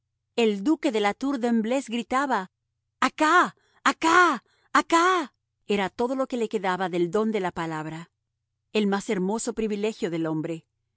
el duque de la tour de embleuse gritaba acá acá acá era todo lo que le quedaba del don de la palabra el más hermoso privilegio del hombre